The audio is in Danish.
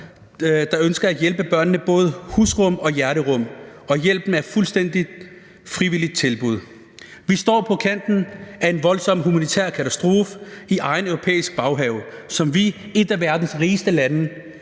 der ønsker at hjælpe børnene, både husrum og hjerterum, og hjælpen er et fuldstændig frivilligt tilbud. Vi står på kanten af en voldsom humanitær katastrofe i egen europæiske baghave, som vi, et af verdens rigeste lande,